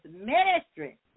ministry